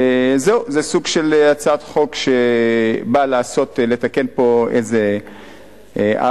זה סוג של הצעת חוק שבאה לתקן איזה עוול.